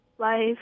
Life